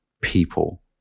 people